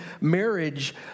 marriage